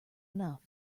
enough